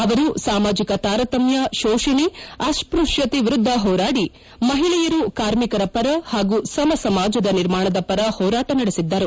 ಅವರು ಸಾಮಾಜಿಕ ತಾರತಮ್ಯ ಶೋಷಣೆ ಅಸ್ಷಷ್ಟತೆ ವಿರುದ್ದ ಹೋರಾಡಿ ಮಹಿಳೆಯರು ಕಾರ್ಮಿಕರ ಪರ ಹಾಗೂ ಸಮಸಮಾಜದ ನಿರ್ಮಾಣದ ಪರ ಹೋರಾಟ ನಡೆಸಿದ್ದರು